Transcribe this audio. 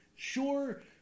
Sure